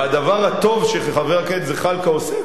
והדבר הטוב שחבר הכנסת זחאלקה עושה,